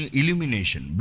illumination